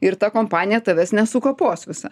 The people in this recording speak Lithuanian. ir ta kompanija tavęs nesukapos visa